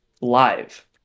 live